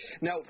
Now